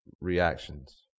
reactions